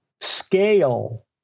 scale